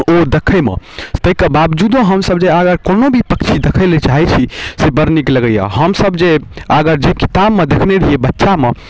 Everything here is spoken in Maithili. ओ देखैमे ताहिके बावजूदो हमसभ जे अगर कोनो भी पक्षी देखैलए चाहै छी से बड़ नीक लगैए हमसभ जे अगर जे किताबमे देखने रहिए बच्चामे